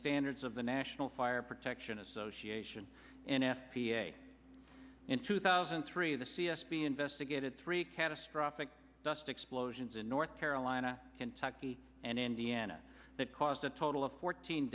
standards of the national fire protection association n f p a in two thousand and three the c s p investigated three catastrophic dust explosions in north carolina kentucky and indiana that caused a total of fourteen